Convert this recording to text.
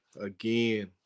again